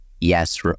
yes